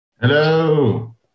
Hello